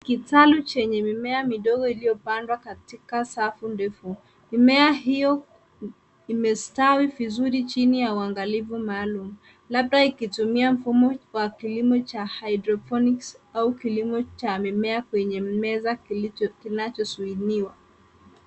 Kitalu chenye mimea midogo iliyopandwa katika safu ndefu. Mimea hiyo imestawi vizuri chini ya uangalifu maalum, labda ikitumia mfumo wa kilimo cha hydroponics au kilimo cha mimea kwenye meza kinachozuiliwa.